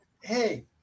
hey